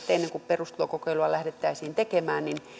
ennen kuin perustulokokeilua lähdettäisiin tekemään niin